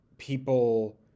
people